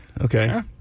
Okay